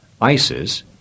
Isis